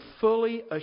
fully